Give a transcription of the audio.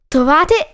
Trovate